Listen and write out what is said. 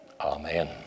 Amen